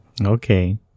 Okay